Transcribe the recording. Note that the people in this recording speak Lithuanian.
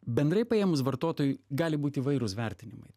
bendrai paėmus vartotojui gali būti įvairūs vertinimai